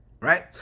right